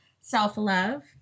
self-love